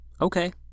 okay